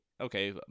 okay